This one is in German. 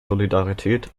solidarität